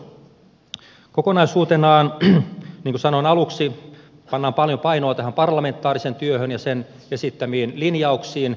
kokonaisuutenaan niin kuin sanoin aluksi pannaan paljon painoa tähän parlamentaariseen työhön joka päättyy helmikuun lopussa ja sen esittämiin linjauksiin